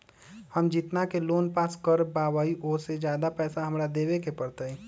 हम जितना के लोन पास कर बाबई ओ से ज्यादा पैसा हमरा देवे के पड़तई?